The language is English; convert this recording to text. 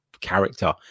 character